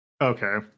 Okay